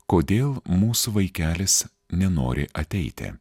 kodėl mūsų vaikelis nenori ateiti